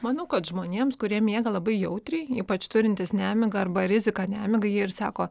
manau kad žmonėms kurie miega labai jautriai ypač turintys nemigą arba riziką nemigai jie ir sako